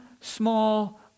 small